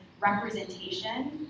representation